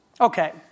Okay